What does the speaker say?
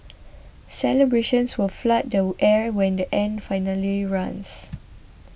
celebrations will flood the air when the end finally runs